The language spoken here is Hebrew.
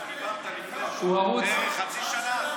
איך אתה דיברת לפני חצי שנה?